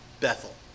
Bethel